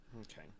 okay